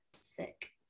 sick